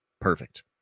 Perfect